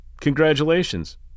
congratulations